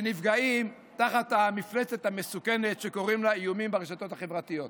שנפגעים תחת המפלצת המסוכנת שקוראים לה איומים ברשתות החברתיות.